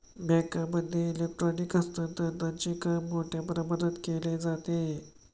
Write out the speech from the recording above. बँकांमध्ये इलेक्ट्रॉनिक हस्तांतरणचे काम मोठ्या प्रमाणात केले जाते